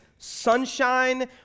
sunshine